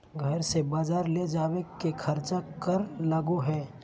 घर से बजार ले जावे के खर्चा कर लगो है?